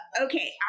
Okay